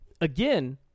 Again